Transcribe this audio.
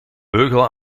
beugel